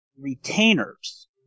retainers